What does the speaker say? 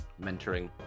mentoring